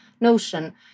notion